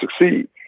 succeed